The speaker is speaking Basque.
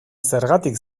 zergatik